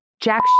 jack